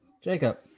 Jacob